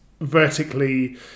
vertically